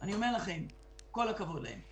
ויהיו כאלה שההתאוששות שלהם תהיה בטווח הרבה יותר